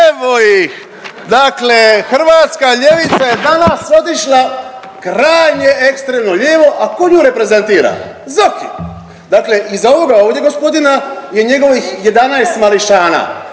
Evo ih! Dakle, hrvatska ljevica je danas otišla krajnje ekstremno lijevo, a tko nju reprezentira? Zoki! Dakle, iza ovoga ovdje gospodina je njegovih 11 mališana